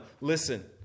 Listen